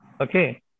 Okay